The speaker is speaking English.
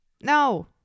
No